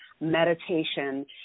meditation